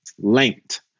linked